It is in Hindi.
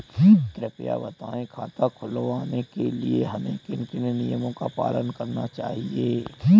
कृपया बताएँ खाता खुलवाने के लिए हमें किन किन नियमों का पालन करना चाहिए?